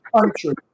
country